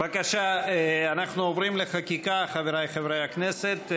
אדוני היושב-ראש, השרה מוכנה לענות.